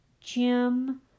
Jim